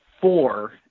four